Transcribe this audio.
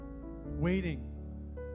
waiting